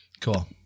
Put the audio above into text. Cool